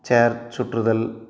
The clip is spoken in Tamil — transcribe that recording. சேர் சுற்றுதல்